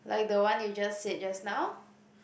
like the one you just said just now